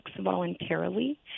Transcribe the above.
voluntarily